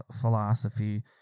philosophy